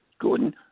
Gordon